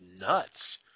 nuts